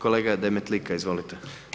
Kolega Demetlika, izvolite.